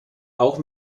auch